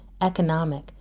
economic